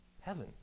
heaven